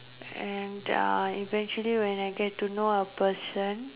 and uh eventually when I get to know a person